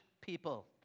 people